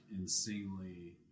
insanely